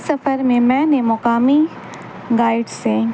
سفر میں میں نے مقامی گائیڈ سے